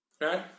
right